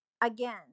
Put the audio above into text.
again